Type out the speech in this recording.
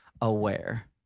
aware